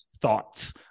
thoughts